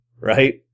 right